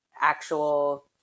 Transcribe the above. actual